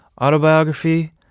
autobiography